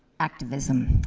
activeism.